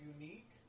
unique